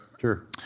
Sure